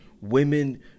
Women